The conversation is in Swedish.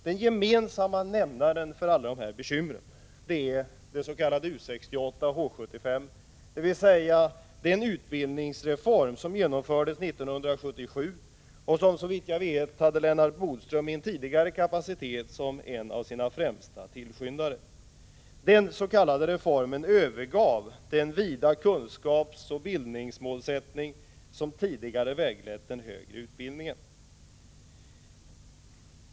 Den gemensamma nämnaren för alla dessa bekymmer är den s.k. U-68/H-75, dvs. den utbildningsreform som genomfördes år 1977 och som, såvitt jag vet, hade Lennart Bodström i en tidigare kapacitet som en av sina främsta tillskyndare. Genom denna s.k. reform övergavs den vida kunskapsoch bildningsmålsättning som tidigare väglett den högre utbildningen.